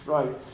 Right